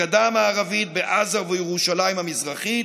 בגדה המערבית, בעזה ובירושלים המזרחית,